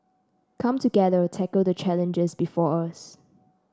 come together tackle the challenges before us